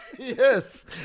Yes